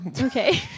Okay